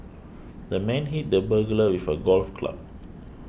the man hit the burglar with a golf club